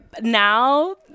now